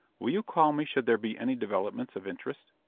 will you call me should there be any developments of interest?